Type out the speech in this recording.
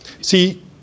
See